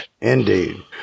Indeed